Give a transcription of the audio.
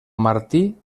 martí